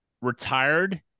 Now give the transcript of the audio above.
retired